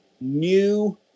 new